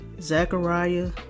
Zechariah